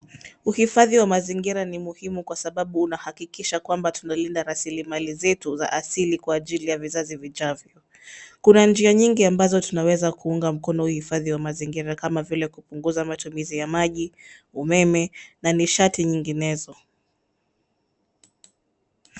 Uhifadhi wa mazingira ni muhimu kwa sababu unahakikisha kwamba tunalinda rasili mali zetu za asili kwa ajili ya vizazi vijavyo. Kuna njia nyingi ambazo tunaweza kuunga mkono uhifadhi wa mazingira kama vile kupunguza matumizi ya maji, umeme na nishati nyinginezo.